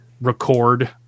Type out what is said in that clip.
record